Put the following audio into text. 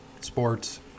sports